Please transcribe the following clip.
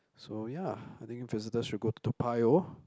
so ya I think visitors should go Toa-Payoh